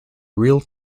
real